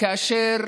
כאשר